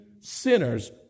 sinners